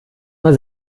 mal